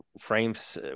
frames